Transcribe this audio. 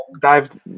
dived